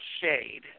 shade